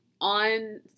on